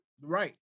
right